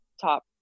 top